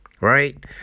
right